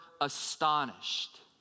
astonished